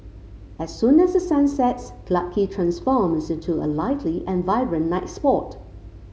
as soon as the sun sets Clarke Quay transforms into a lively and vibrant night spot